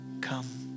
come